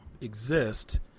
exist